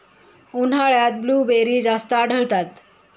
उन्हाळ्यात ब्लूबेरी जास्त आढळतात